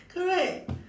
correct